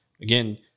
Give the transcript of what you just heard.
again